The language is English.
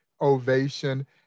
ovation